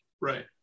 right